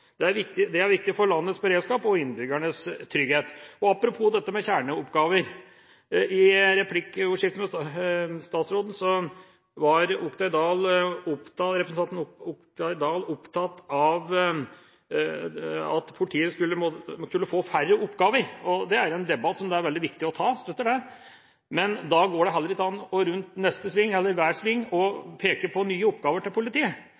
Det er viktig for landets beredskap og innbyggernes trygghet. Apropos dette med kjerneoppgaver: I replikkordskiftet med statsråden var representanten Oktay Dahl opptatt av at politiet skulle få færre oppgaver. Det er en debatt som det er veldig viktig å ta – jeg støtter det. Men da går det heller ikke an rundt hver sving å peke på nye oppgaver til politiet,